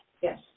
Yes